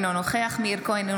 אינו נוכח מאיר כהן,